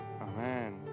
Amen